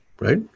right